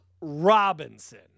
Robinson